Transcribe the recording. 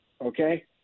Okay